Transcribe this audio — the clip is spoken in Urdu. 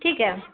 ٹھیک ہے